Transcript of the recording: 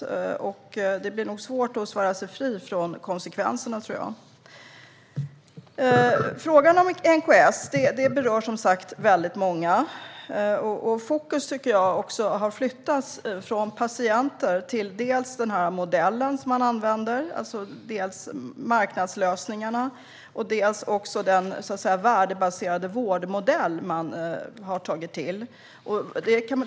Jag tror att det blir svårt att svära sig fri från konsekvenserna. Frågan om NKS berör som sagt många. Jag tycker att fokus har flyttats från patienter till dels den modell som man använder, det vill säga marknadslösningarna, dels den värdebaserade vårdmodell man har tagit till.